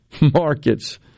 markets